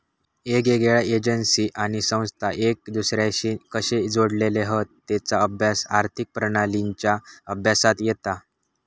येगयेगळ्या एजेंसी आणि संस्था एक दुसर्याशी कशे जोडलेले हत तेचा अभ्यास आर्थिक प्रणालींच्या अभ्यासात येता